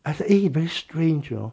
I say eh very strange you know